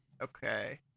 Okay